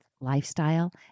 lifestyle